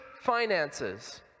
finances